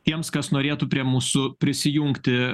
tiems kas norėtų prie mūsų prisijungti